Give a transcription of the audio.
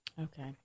Okay